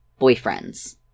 boyfriends